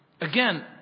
Again